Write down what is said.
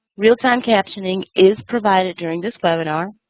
real-time captioning is provided during this webinar.